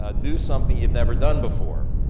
ah do something you've never done before.